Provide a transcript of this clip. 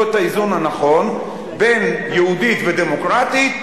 את האיזון הנכון בין יהודית ודמוקרטית,